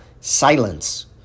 silence